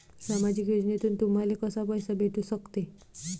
सामाजिक योजनेतून तुम्हाले कसा पैसा भेटू सकते?